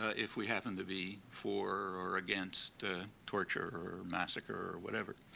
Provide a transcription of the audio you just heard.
ah if we happen to be for or against torture, or massacre, or whatever.